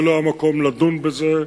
זה לא המקום לדון בזה,